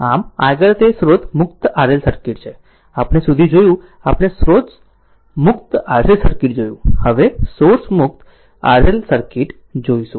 આમ આગળ તે સ્રોત મુક્ત RL સર્કિટ છે આપણે હવે સુધી જોયું આપણે સોર્સ મુક્ત RC સર્કિટ જોયું હવે સોર્સ મુક્ત RL સર્કિટ જોઈશું